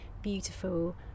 beautiful